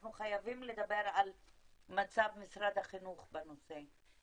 אנחנו חייבים לדבר על מצב משרד החינוך בנושא.